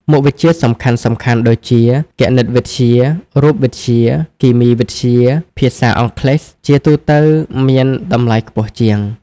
មុខវិជ្ជាសំខាន់ៗដូចជា គណិតវិទ្យា រូបវិទ្យា គីមីវិទ្យា ភាសាអង់គ្លេស ជាទូទៅមានតម្លៃខ្ពស់ជាង។